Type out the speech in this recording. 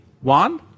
One